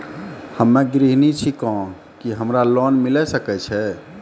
हम्मे गृहिणी छिकौं, की हमरा लोन मिले सकय छै?